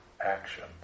actions